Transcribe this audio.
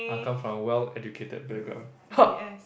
I come from a well educated background